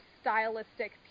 stylistic